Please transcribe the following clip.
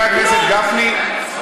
חבר הכנסת גפני,